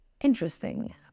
interesting